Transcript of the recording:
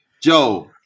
Joe